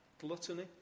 Gluttony